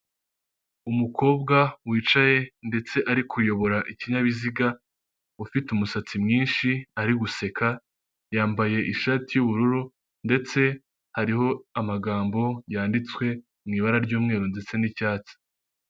Umukobwa wicaye ndetse ari kuyobora ikinyabiziga ufite umusatsi mwinshi ari guseka yambaye ishati y'ubururu ndetse hariho amagambo yanditswe mu ibara ry'umweru ndetse nicyatsi.